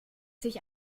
sich